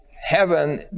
heaven